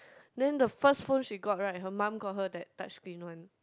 then the first phone she got right her mum got her that touch screen one